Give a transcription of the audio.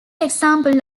example